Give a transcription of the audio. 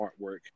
artwork